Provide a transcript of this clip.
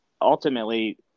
ultimately